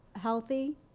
healthy